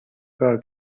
کار